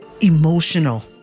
emotional